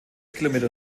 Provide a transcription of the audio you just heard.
kilometer